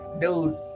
dude